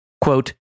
quote